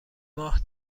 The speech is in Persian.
ماه